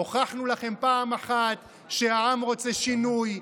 הוכחנו לכם פעם אחת שהעם רוצה שינוי,